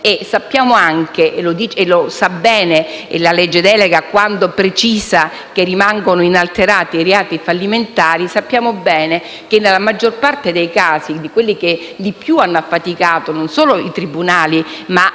Sappiamo anche - e lo sa bene la legge delega, quando precisa che rimangono inalterati i reati fallimentari - che nella maggior parte dei casi, quelli che più hanno affaticato non solo i tribunali, ma anche